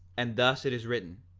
and thus it is written.